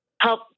help